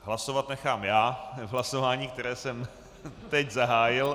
Hlasovat nechám já v hlasování, které jsem teď zahájil...